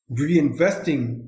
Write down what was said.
reinvesting